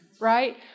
right